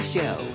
Show